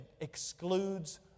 excludes